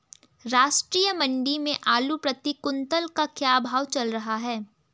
राष्ट्रीय मंडी में आलू प्रति कुन्तल का क्या भाव चल रहा है?